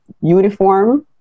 uniform